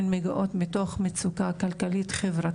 הן מגיעות מתוך מצוקה כלכלית-חברתית,